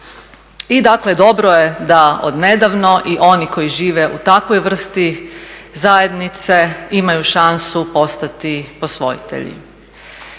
I dakle dobro je da odnedavno i oni koji žive u takvoj vrsti zajednice imaju šansu postati posvojitelji.